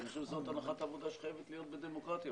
ואני חושב שזאת הנחת העבודה שחייבת להיות בדמוקרטיה,